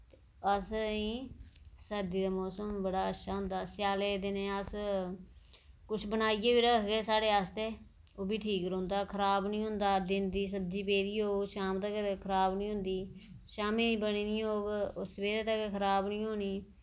असें ई सर्दी दा मौसम बड़ा अच्छा होंदा स्याले दिनें अस किश बनाइयै बी रखगे साढ़े आस्तै ओह् बी ठीक रौंह्दा खराब निं होंदा दिन दी सब्जी पेदी होग शाम तकर खराब नेईं होंदी शाम्मीं दी बनी दी होग ओह् सवेरे तक खराब निं होनी